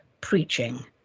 preaching